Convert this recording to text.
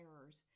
errors